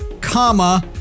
comma